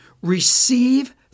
receive